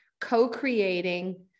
co-creating